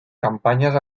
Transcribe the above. campanyes